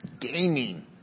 Gaming